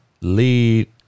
lead